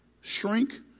shrink